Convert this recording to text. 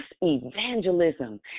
evangelism